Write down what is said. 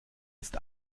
ist